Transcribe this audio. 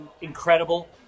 incredible